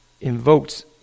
invokes